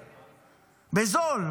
בזול,